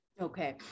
Okay